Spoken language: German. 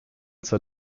zur